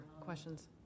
questions